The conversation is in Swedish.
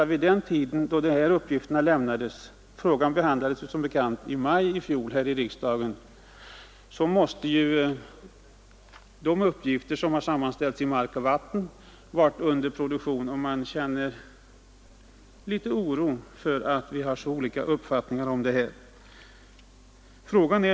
Vid den tid när dessa uppgifter lämnades — frågan behandlades som bekant i maj förra året här i riksdagen — måste ju betänkandet Hushållning med mark och vatten ha varit under produktion. Det förekommer en del oro över att ni har så olika uppfattningar i detta avseende.